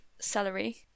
celery